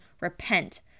repent